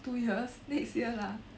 two years next year lah